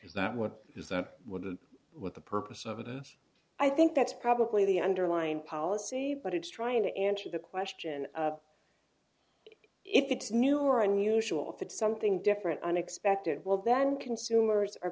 is that what is that what the what the purpose of it is i think that's probably the underlying policy but it's trying to answer the question if it's new or unusual if it's something different unexpected well then consumers are